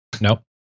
Nope